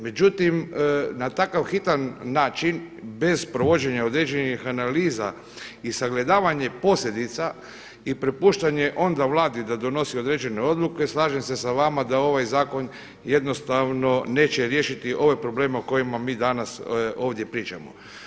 Međutim, na takav hitan način bez provođenja određenih analiza i sagledavanje posljedica i prepuštanje onda vladi da donosi određene odluke slažem se sa vama da ovaj zakon jednostavno neće riješiti ove probleme o kojima mi danas ovdje pričamo.